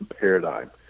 paradigm